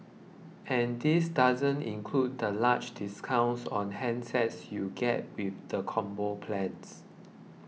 and this doesn't include the large discounts on handsets you get with the Combo plans